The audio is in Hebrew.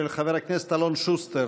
של חבר הכנסת אלון שוסטר.